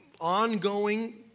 ongoing